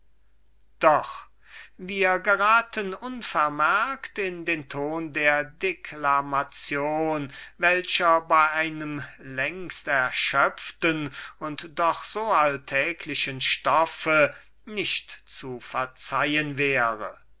mittel doch wir geraten unvermerkt in den ton der deklamation welcher uns bei einem längst erschöpften und doch so alltäglichen stoffe nicht zu vergeben wäre